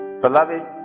Beloved